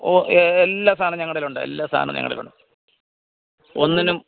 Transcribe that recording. ഓ എല്ലാ സാധനവും ഞങ്ങളുടെ കയ്യിലുണ്ട് എല്ലാ സാധനവും ഞങ്ങളുടെ കയ്യിലുണ്ട് ഒന്നിനും